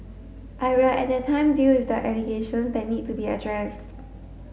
I will at that time deal with the allegations that need to be addressed